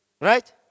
right